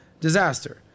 Disaster